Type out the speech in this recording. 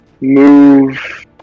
move